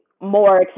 more